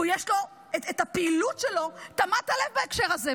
ויש לו את הפעילות תמת הלב שלו בהקשר הזה.